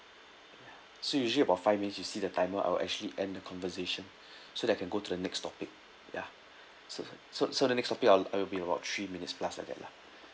so usually about five minutes you see the timer I will actually end the conversation so that can go to the next topic ya so so so the next topic it'll it'll be about three minutes plus like that lah